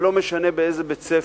ולא משנה באיזה בית-ספר,